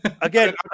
again